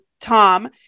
Tom